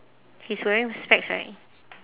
he's wearing specs right